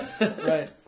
Right